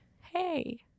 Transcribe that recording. hey